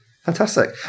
Fantastic